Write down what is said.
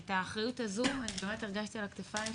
ואת האחריות הזו אני באמת הרגשתי על הכתפיים שלי,